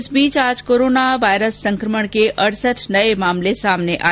इस बीच आज कोरोना वायरस संकमण के अडसठ नये मामले सामने आए